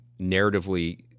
narratively